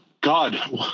God